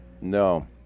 No